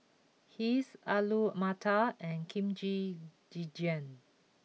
Kheer Alu Matar and Kimchi Jjigae